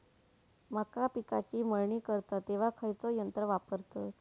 मका पिकाची मळणी करतत तेव्हा खैयचो यंत्र वापरतत?